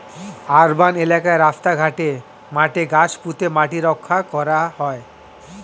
urban এলাকায় রাস্তা ঘাটে, মাঠে গাছ পুঁতে মাটি রক্ষা করা হয়